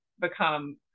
become